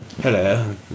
Hello